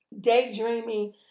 daydreaming